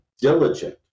diligent